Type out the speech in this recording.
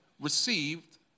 received